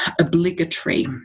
obligatory